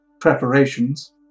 preparations